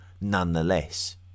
nonetheless